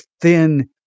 thin